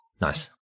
Nice